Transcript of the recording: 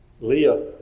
Leah